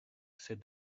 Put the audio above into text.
said